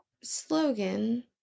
slogan